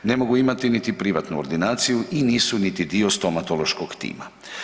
Ne mogu imati niti privatnu ordinaciju i nisu niti dio stomatološkog tima.